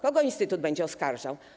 Kogo instytut będzie oskarżał?